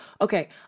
Okay